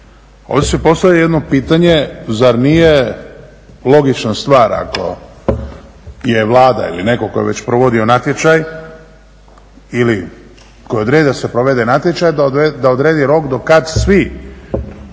ovdje se postavlja jedno pitanje zar nije logična stvar ako je Vlada ili netko tko je već provodio natječaj ili tko je odredio da se provede natječaj da odredi rok do kada svi